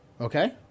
Okay